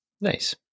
Nice